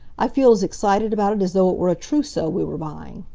i feel as excited about it as though it were a trousseau we were buying.